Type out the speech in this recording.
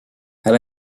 had